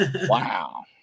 Wow